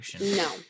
no